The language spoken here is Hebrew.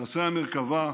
מעשה המרכבה,